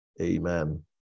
Amen